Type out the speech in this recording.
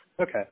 Okay